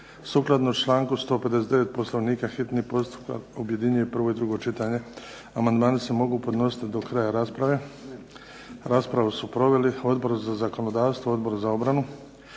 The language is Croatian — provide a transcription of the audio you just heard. Sukladno članku 159. Poslovnika hitni postupak objedinjuje prvo i drugo čitanje. Amandmani se mogu podnositi do kraja rasprave. Raspravu su proveli Odbor za zakonodavstvo, Odbor za obranu.